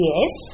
Yes